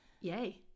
Yay